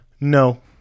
No